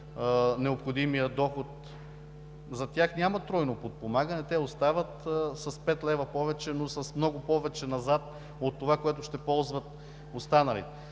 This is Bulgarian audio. необходимия доход – за тях няма тройно подпомагане. Те остават с пет лева повече, но с много повече назад от това, което ще ползват останалите.